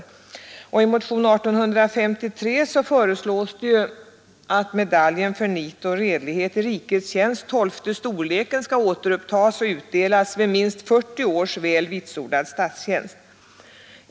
system för stats I motionen 1853 föreslås att utdelningen av medaljen ”För nit och anställda m.fl. redlighet i rikets tjänst” tolfte storleken skall återupptagas och medaljen utdelas vid minst 40 års väl vitsordad statstjänst.